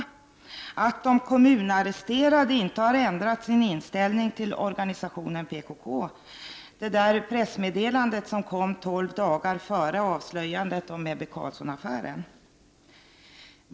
I det sades att de kommunarresterade inte hade ändrat sin inställning till organisationen PKK. Det var det pressmeddelande som kom tolv dagar före avslöjandet om Ebbe Carlsson-affären.